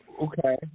Okay